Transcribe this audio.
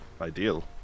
ideal